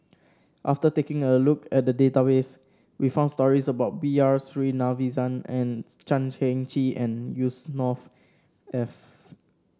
after taking a look at the database we found stories about B R Sreenivasan and Chan Heng Chee and Yusnor Ef